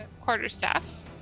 quarterstaff